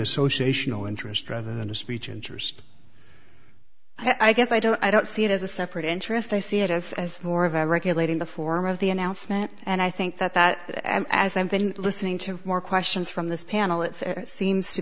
associational interest rather than a speech interest i guess i don't i don't see it as a separate interest i see it as as more of a regulating the form of the announcement and i think that that as i've been listening to more questions from this panel it seems to